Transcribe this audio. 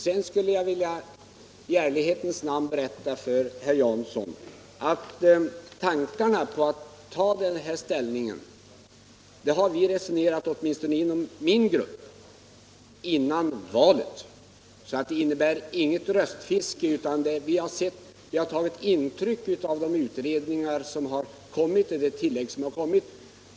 Sedan skulle jag i ärlighetens namn vilja berätta för herr Jansson att tankarna på att ta denna ställning åtminstone inom min grupp har varit uppe före valet. Man kan alltså inte tala om något röstfiske, utan vi har tagit intryck av de tillägg som kommit.